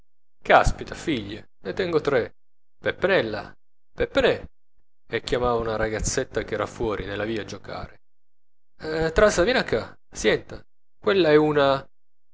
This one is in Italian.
caspita figlie ne tengo tre peppenella peppenè e chiamava una ragazzetta ch'era fuori nella via a giocare trase viene ccà siente quella è una